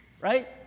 right